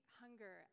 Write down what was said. hunger